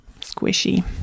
squishy